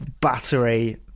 battery